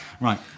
Right